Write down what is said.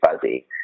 fuzzy